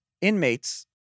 Inmates